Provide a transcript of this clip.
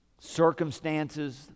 circumstances